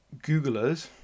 googlers